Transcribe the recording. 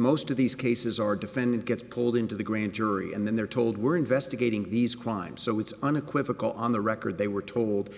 most of these cases are defendant gets pulled into the grand jury and then they're told we're investigating these crimes so it's unequivocal on the record they were told